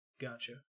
Gotcha